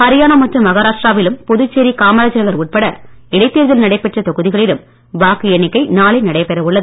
ஹரியானா மற்றும் மகாராஷ்டிராவிலும் புதுச்சேரி காமராஜ் நகர் இடைத் தேர்தல் நடைபெற்ற தொகுதிகளிலும் வாக்கு உட்பட எண்ணிக்கை நாளை நடைபெற உள்ளது